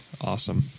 awesome